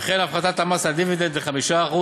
וכן הפחתת המס על הדיבידנד ל-5%.